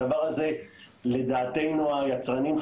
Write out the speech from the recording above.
לדעתנו היצרנים,